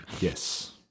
Yes